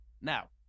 Now